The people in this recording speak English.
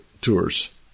tours